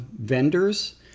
vendors